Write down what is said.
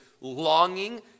longing